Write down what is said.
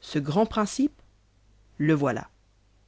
ce grand principe le voilà